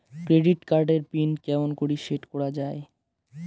Credit card এর PIN কেমন করি সেট করা য়ায়?